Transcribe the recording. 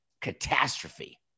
catastrophe